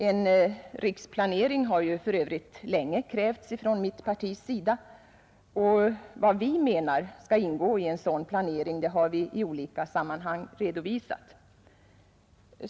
En riksplanering har ju för övrigt länge krävts från mitt partis sida, och vad som enligt vår mening skall ingå i en sådan planering har vi i olika sammanhang redovisat.